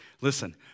listen